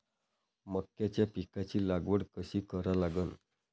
मक्याच्या पिकाची लागवड कशी करा लागन?